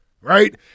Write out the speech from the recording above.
right